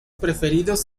preferidos